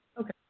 Okay